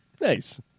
Nice